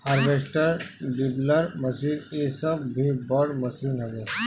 harvester, dibbler machine इ सब भी बड़ मशीन हवे